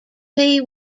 pee